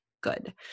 good